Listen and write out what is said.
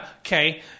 okay